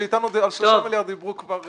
שאתנו על 30 מיליארד כבר דיברו...